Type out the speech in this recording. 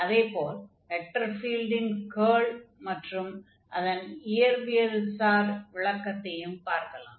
அதே போல் வெக்டர் ஃபீல்டின் கர்ல் மற்றும் அதன் இயற்பியல்சார் விளக்கத்தையும் பார்க்கலாம்